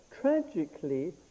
tragically